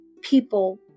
people